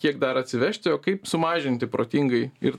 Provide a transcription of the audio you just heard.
kiek dar atsivežti o kaip sumažinti protingai ir